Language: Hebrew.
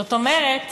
זאת אומרת,